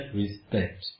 respect